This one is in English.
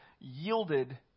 yielded